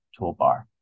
toolbar